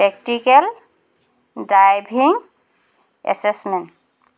practical driving assessment